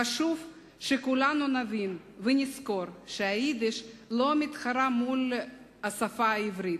חשוב שכולנו נבין ונזכור שהיידיש לא מתחרה בשפה העברית.